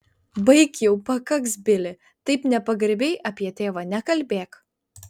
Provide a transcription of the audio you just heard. baik jau pakaks bili taip nepagarbiai apie tėvą nekalbėk